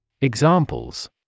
Examples